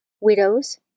widows